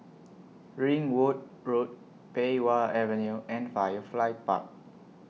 Ringwood Road Pei Wah Avenue and Firefly Park